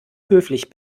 höflich